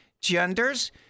genders